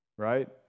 right